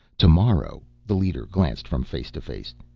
tomorrow, the leader glanced from face to face,